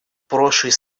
прошлой